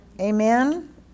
Amen